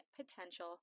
potential